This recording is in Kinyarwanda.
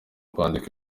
kwandika